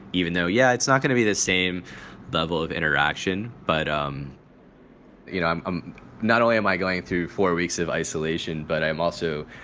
even though, yeah, it's not going to be the same level of interaction but, um you know, i'm i'm not only am i going through four weeks of isolation, but i'm also,